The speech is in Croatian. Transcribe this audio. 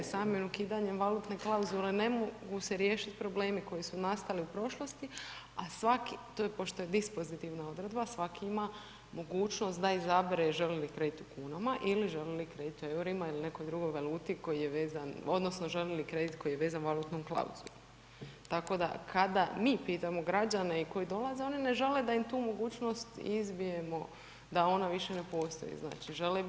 Samim ukidanjem valutne klauzule ne mogu se riješiti problemi koji su nastali u prošlosti, a svaki, to je pošto je dispozitivna odredba, svaki ima mogućnost da izabere želi li kredit u kunama ili želi li kredit u eurima ili u nekoj drugoj valuti koji je vezan odnosno želi li kredit koji je vezan valutnom klauzulom, tako da kada mi pitamo građane i koji dolaze, oni ne žele da im tu mogućnost izbijemo da ona više ne postoji, znači, žele birati.